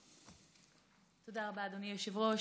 תודה רבה, אדוני היושב-ראש.